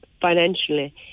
financially